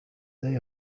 they